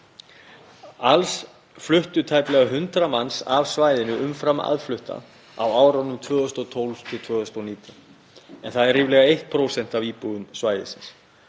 Alls fluttu tæplega 100 manns af svæðinu umfram aðflutta á árunum 2012–2019. Það er ríflega 1% af íbúum svæðisins.